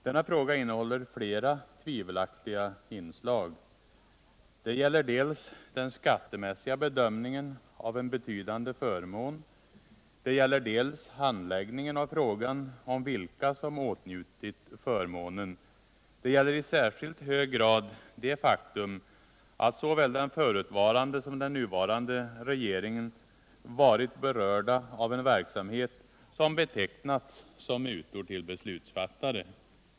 Denna fråga innehåller flera tvivelaktiga inslag — den skattemässiga bedömningen av en betydande förmån, handläggningen av frågan om vilka som åtnjutit förmånen, och i särskilt hög grad det faktum att såväl den förutvarande som den nuvarande regeringen berörts av en verksamhet vilken betecknats som mutor till beslutsfattare.